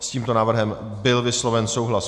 S tímto návrhem byl vysloven souhlas.